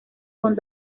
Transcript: con